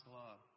love